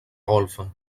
golfa